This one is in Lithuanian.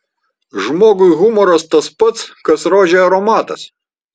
žmogui humoras tas pat kas rožei aromatas